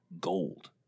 gold